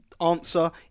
answer